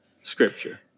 Scripture